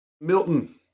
Milton